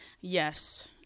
Yes